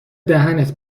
دهنت